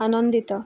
ଆନନ୍ଦିତ